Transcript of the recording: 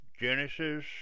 Genesis